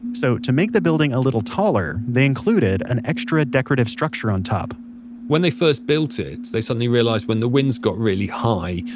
so to make the building a little bit taller, they included an extra decorative structure on top when they first built it, they suddenly realized when the winds got really high,